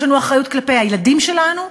יש לנו אחריות כלפי הילדים שלנו,